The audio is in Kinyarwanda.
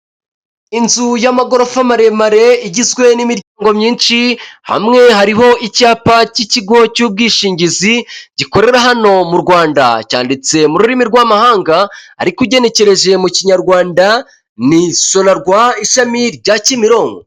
Inzu y'amagorofa maremare igizwe n'imiryango myinshi, hamwe hariho icyapa cy'ikigo cy'ubwishingizi gikorera hano mu rwandya, cyanditse mu rurimi rw'amahanga, ariko ugenekereje mu kinyarwanda, ni Sonarwa ishami rya Kimironko.